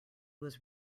was